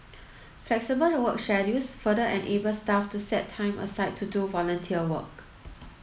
flexible work schedules further enable staff to set time aside to do volunteer work